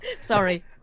Sorry